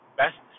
best